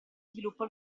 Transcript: sviluppa